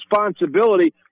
responsibility